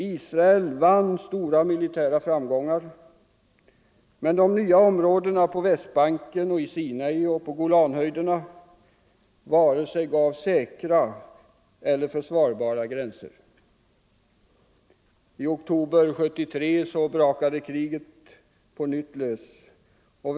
Israel vann stora militära framgångar, men de nya områdena på Västbanken och i Sinai — Nr 127 samt på Golanhöjderna gav vare sig säkra eller försvarbara gränser. Fredagen den I oktober 1973 brakade kriget på nytt löst.